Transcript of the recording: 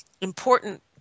important